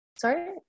sorry